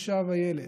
אישה וילד,